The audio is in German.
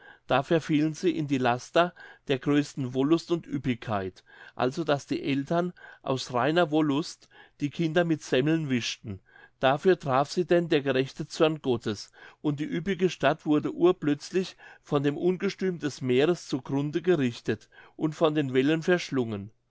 da verfielen sie in die laster der größten wollust und ueppigkeit also daß die eltern aus reiner wollust die kinder mit semmeln wischten dafür traf sie denn der gerechte zorn gottes und die üppige stadt wurde urplötzlich von dem ungestüm des meeres zu grunde gerichtet und von den wellen verschlungen